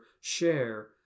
share